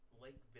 Lakeville